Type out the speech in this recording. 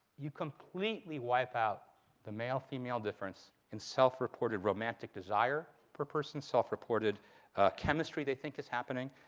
you completely wipe out the male female difference and self-reported romantic desire per person, self-reported chemistry they think is happening,